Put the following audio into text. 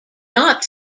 not